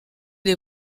les